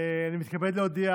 אני מתכבד להודיע